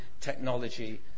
technology